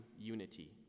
unity